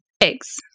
Eggs